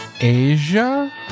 Asia